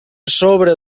sobre